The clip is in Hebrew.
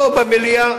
לא במליאה.